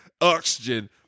oxygen